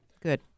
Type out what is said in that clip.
Good